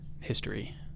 history